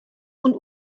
und